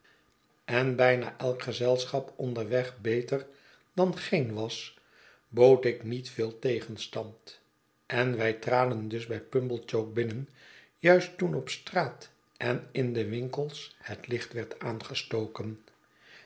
en bijna elk gezelschap onderweg beter dan geen was bood ik niet veel tegenstand en wij traden dus bij pumblechook binnen juist toen op straat en in de winkels het licht werd aangestoken